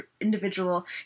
individual